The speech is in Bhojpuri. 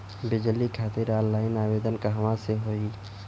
बिजली खातिर ऑनलाइन आवेदन कहवा से होयी?